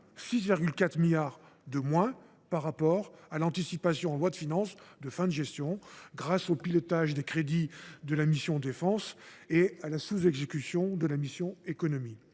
6,4 milliards de moins que l’anticipation en loi de finances de fin de gestion, grâce au pilotage des crédits de la mission « Défense » et à la sous exécution de la mission « Économie